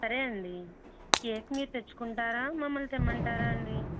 సరే అండి కేక్ మీరు తెచ్చుకుంటారా మమల్ని తెమ్మంటారా అండి